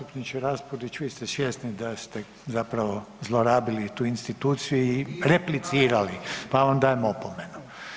Zastupniče Raspudić vi ste svjesni da ste zapravo zlorabili tu instituciju i replicirali, pa vam dajem opomenu.